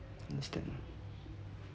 understand